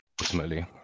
ultimately